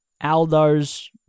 Aldo's